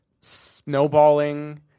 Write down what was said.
snowballing